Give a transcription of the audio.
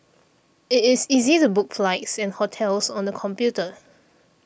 it is easy to book flights and hotels on the computer